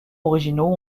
originaux